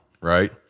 right